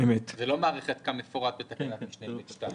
זה לא מערכת כמפורט בתקנת משנה (ב)(2).